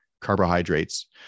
carbohydrates